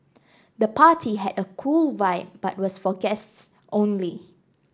the party had a cool vibe but was for guests only